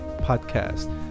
podcast